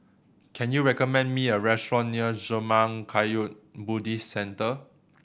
can you recommend me a restaurant near Zurmang Kagyud Buddhist Centre